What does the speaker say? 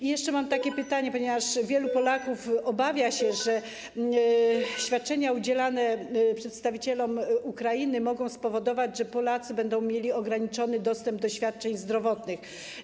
Mam jeszcze pytanie, ponieważ wielu Polaków obawia się, że świadczenia udzielane przedstawicielom Ukrainy mogą spowodować, że Polacy będą mieli ograniczony dostęp do świadczeń zdrowotnych.